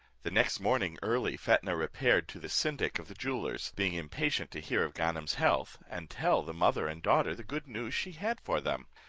the next morning early fetnah repaired to the syndic of the jewellers, being impatient to hear of ganem's health, and tell the mother and daughter the good news she had for them.